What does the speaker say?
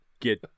get